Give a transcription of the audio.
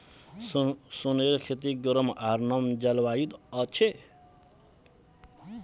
सोनेर खेती गरम आर नम जलवायुत ह छे